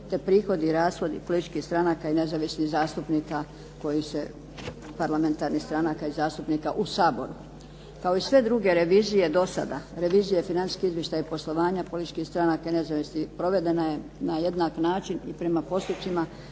te prihodi i rashodi političkih stranaka i nezavisnih zastupnika koji se, parlamentarnih stranaka i zastupnika u Saboru, kao i sve druge revizije dosada. Revizije financijskih izvještaja i poslovanja političkih stranaka i nezavisnih provedena je na jednak način i prema postupcima